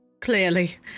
Clearly